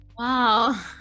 Wow